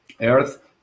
Earth